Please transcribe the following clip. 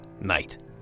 night